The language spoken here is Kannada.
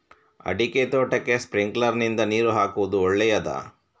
ಅಡಿಕೆ ತೋಟಕ್ಕೆ ಸ್ಪ್ರಿಂಕ್ಲರ್ ನಿಂದ ನೀರು ಹಾಕುವುದು ಒಳ್ಳೆಯದ?